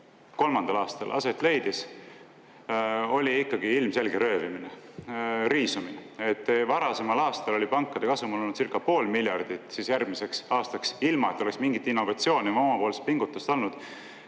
2023. aastal aset leidis oli ikkagi ilmselge röövimine, riisumine. Varasemal aastal oli pankade kasum olnudcircapool miljardit, siis järgmiseks aastaks, ilma et oleks mingit innovatsiooni või omapoolset pingutust andnud,